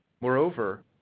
Moreover